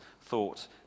thought